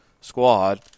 squad